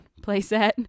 playset